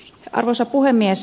arvoisa puhemies